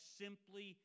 simply